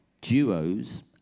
duos